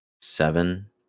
Seven